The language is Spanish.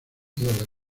dólares